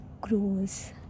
grows